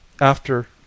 After